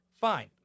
Fine